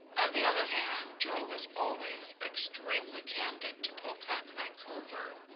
on the other hand joe was always extremely candid to pocock vancouver.